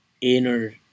inner